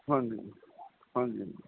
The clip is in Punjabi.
ਹਾਂਜੀ ਹਾਂਜੀ